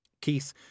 Keith